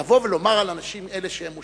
לבוא ולומר על אנשים אלה שהם מושחתים?